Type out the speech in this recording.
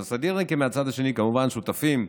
אז הסדירניקים מהצד השני כמובן שותפים,